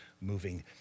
moving